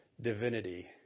divinity